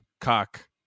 cock